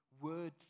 word